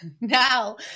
Now